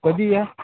कधीही या